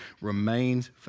remains